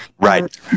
Right